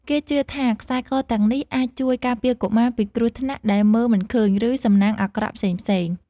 គេជឿថាខ្សែកទាំងនេះអាចជួយការពារកុមារពីគ្រោះថ្នាក់ដែលមើលមិនឃើញ ឬសំណាងអាក្រក់ផ្សេងៗ។